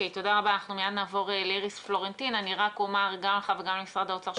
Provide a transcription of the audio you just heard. אני אומר לך וגם למשרד האוצר.